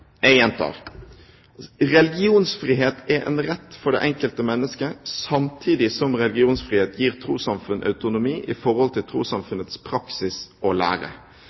jeg gjentar: Religionsfrihet er en rett for det enkelte menneske, samtidig som religionsfrihet gir trossamfunn autonomi i forhold til trossamfunnets praksis og lære.